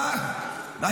מה זה?